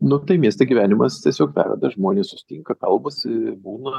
nu tai mieste gyvenimas tiesiog verda žmonės susitinka kalbasi būna